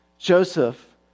Joseph